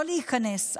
לא להיכנס,